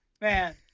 man